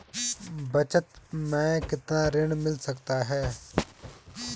बचत मैं कितना ऋण मिल सकता है?